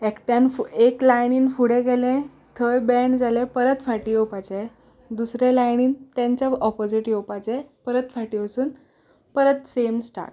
एकट्यान एक लायनीन फुडें गेलें थंय बॅण जालें परत फाटीं येवपाचें दुसरें लायनीन तांच्या ऑपोजीट येवपाचें परत फाटीं वचून परत सेम स्टार्ट